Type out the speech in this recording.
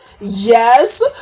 yes